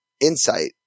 insight